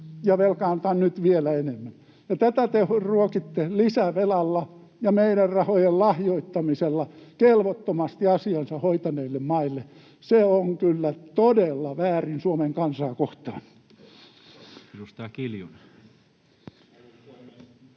nyt velkaannutaan vielä enemmän. Tätä te ruokitte lisävelalla ja meidän rahojemme lahjoittamisella kelvottomasti asiansa hoitaneille maille. Se on kyllä todella väärin Suomen kansaa kohtaan.